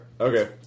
Okay